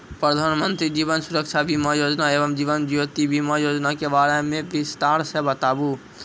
प्रधान मंत्री जीवन सुरक्षा बीमा योजना एवं जीवन ज्योति बीमा योजना के बारे मे बिसतार से बताबू?